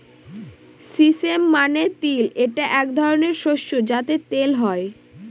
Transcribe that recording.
sesame মানে তিল এটা এক ধরনের শস্য যাতে তেল হয়